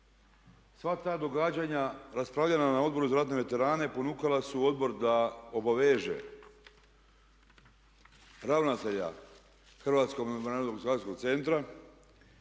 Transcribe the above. Sva ta događanja raspravljena na odboru za ratne veterane ponukala su odbor da obaveze ravnatelja Hrvatsko memorijalno dokumentacijskog centra